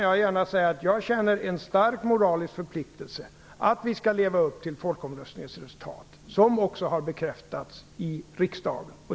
Jag känner en stark moralisk förpliktelse att vi skall leva upp till folkomröstningsresultatet. Det har också bekräftats av riksdagen.